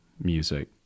music